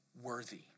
worthy